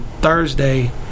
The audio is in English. Thursday